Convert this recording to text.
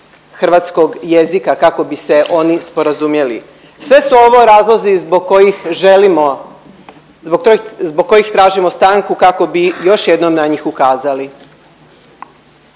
hrvatskog jezika kako bi se oni sporazumjeli? Sve su ovo razlozi zbog kojih želimo, zbog kojih tražimo stanku kako bi još jednom na njih ukazali.